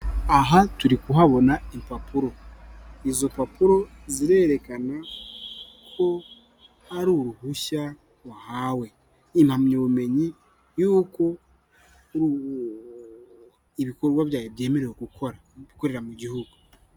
Aha turi kuhabona impapuro izo mpapuro zirerekana ko hari uruhushya wahawe, impamyabumenyi y'uko ibikorwa byawe byemerewe gukora, gukorera mu gihugu.